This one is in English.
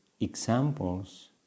examples